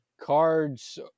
cards